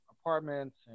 apartments